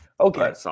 Okay